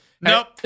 Nope